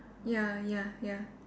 ya ya ya